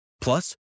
Plus